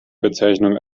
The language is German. bezeichnung